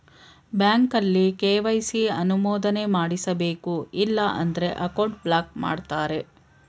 ಬ್ಯಾಂಕಲ್ಲಿ ಕೆ.ವೈ.ಸಿ ಅನುಮೋದನೆ ಮಾಡಿಸಬೇಕು ಇಲ್ಲ ಅಂದ್ರೆ ಅಕೌಂಟ್ ಬ್ಲಾಕ್ ಮಾಡ್ತಾರೆ